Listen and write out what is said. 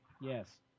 Yes